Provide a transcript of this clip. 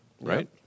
right